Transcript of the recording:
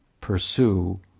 pursue